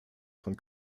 von